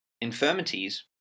infirmities